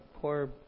poor